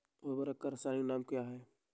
उर्वरक का रासायनिक नाम क्या है?